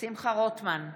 שמחה רוטמן,